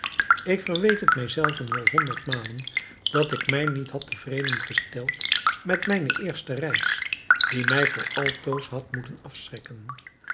ik verweet het mij zelven wel honderd malen dat ik mij niet had tevreden gesteld met mijne eerste reis die mij voor altoos had moeten afschrikken